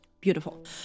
beautiful